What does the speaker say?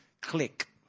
click